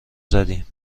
زدیم